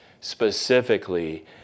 specifically